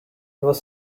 was